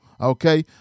Okay